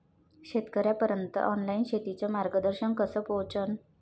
शेतकर्याइपर्यंत ऑनलाईन शेतीचं मार्गदर्शन कस पोहोचन?